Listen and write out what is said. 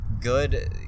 good